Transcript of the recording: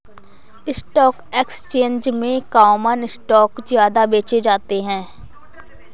stock exchange में common stock ज्यादा बेचे जाते है